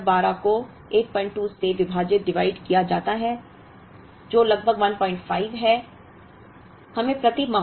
कितने ऑर्डर 12 को 82 से विभाजित डिवाइड किया जाता है जो लगभग 15 है